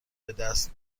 بدست